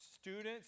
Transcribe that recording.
students